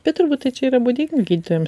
bet turbūt tai čia yra būdinga gydytojams